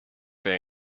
their